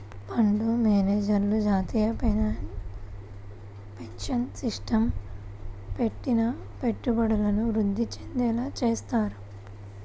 fund మేనేజర్లు జాతీయ pension సిస్టమ్లో పెట్టిన పెట్టుబడులను వృద్ధి చెందేలా చూత్తారు